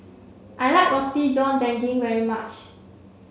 I like Roti John Daging very much